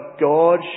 God